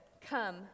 come